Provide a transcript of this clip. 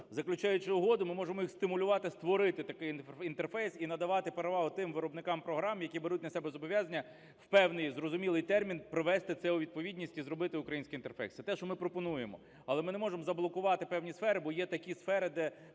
заключаючи угоду, ми можемо їх стимулювати зробити такий інтерфейс і надавати перевагу тим виробникам програм, які беруть на себе зобов'язання в певний зрозумілий термін привести це у відповідність і зробити український інтерфейс. Це те, що ми пропонуємо. Але ми не можемо заблокувати певні сфери, бо є такі сфери, де